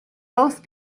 both